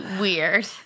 weird